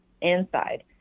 inside